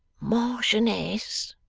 marchioness,